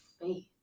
faith